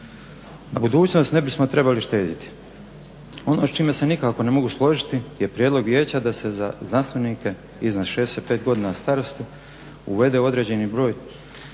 Na budućnosti ne bismo trebali štediti. Ono s čime se nikako ne mogu složiti je prijedlog vijeća da se za znanstvenike iznad 65 godina starosti uvede određeni broj